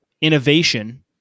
innovation